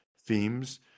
themes